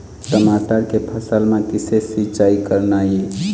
टमाटर के फसल म किसे सिचाई करना ये?